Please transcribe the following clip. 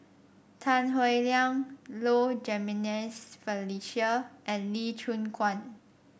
Tan Howe Liang Low Jimenez Felicia and Lee Choon Guan